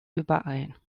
überein